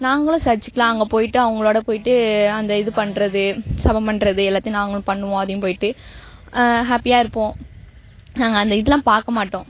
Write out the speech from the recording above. நாங்களும் சர்சுக்குலாம் அங்கே போயிட்டு அவங்களோட போய்ட்டு அந்த இது பண்ணுறது ஜெபம் பண்ணுறது எல்லாத்தையும் நாங்களும் பண்ணுவோம் அதையும் போய்ட்டு ஹாப்பியாக இருப்போம் நாங்கள் அந்த இதெலாம் பார்க்க மாட்டோம்